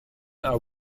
are